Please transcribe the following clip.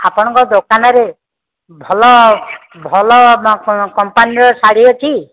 ଆପଣଙ୍କ ଦୋକାନରେ ଭଲ ଭଲ କମ୍ପାନୀର ଶାଢ଼ୀ ଅଛି